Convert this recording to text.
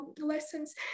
lessons